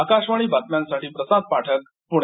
आकाशवाणीबातम्यांसाठी प्रसाद पाठकपुणे